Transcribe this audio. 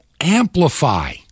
amplify